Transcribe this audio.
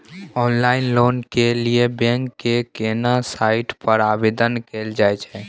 Online loan के लिए bank के केना साइट पर आवेदन कैल जाए छै?